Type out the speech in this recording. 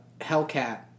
Hellcat